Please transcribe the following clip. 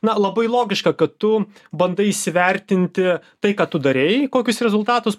na labai logiška kad tu bandai įsivertinti tai ką tu darei kokius rezultatus